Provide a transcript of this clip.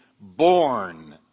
born